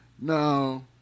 No